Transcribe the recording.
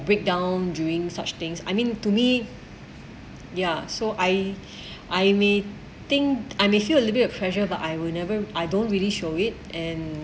breakdown during such things I mean to me ya so I I may think I may feel a little bit of pressure but I will never I don't really show it and